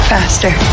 Faster